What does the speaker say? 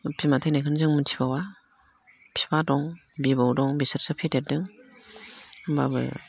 बिमा थैनायखौनो जों मिन्थिबावा बिफा दं बिबौ दं बिसोरसो फेदेरदों होमब्लाबो